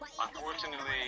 unfortunately